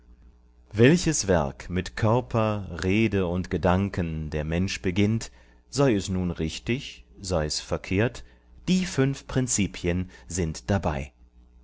welches werk mit körper rede und gedanken der mensch beginnt sei es nun richtig sei's verkehrt die fünf prinzipien sind dabei